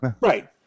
right